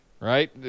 right